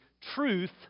truth